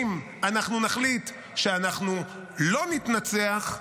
אם נחליט שאנחנו לא נתנצח,